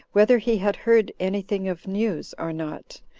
whether he had heard any thing of news, or not?